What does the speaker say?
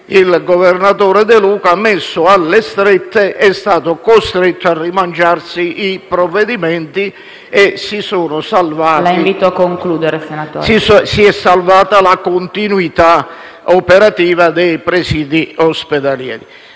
il governatore De Luca, messo alle strette, è stato costretto a rimangiarsi i provvedimenti e si è salvata la continuità operativa dei presidi ospedalieri.